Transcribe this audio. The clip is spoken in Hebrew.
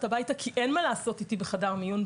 הביתה כי אין מה לעשות איתי בחדר מיון.